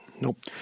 Nope